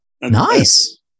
Nice